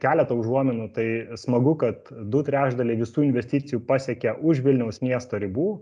keleta užuominų tai smagu kad du trečdaliai visų investicijų pasiekė už vilniaus miesto ribų